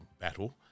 battle